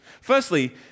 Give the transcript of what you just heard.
Firstly